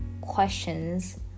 questions